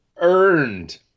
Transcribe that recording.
earned